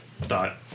thought